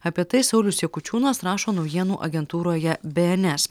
apie tai saulius jakučiūnas rašo naujienų agentūroje bns